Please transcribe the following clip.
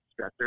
stressors